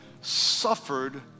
suffered